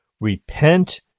Repent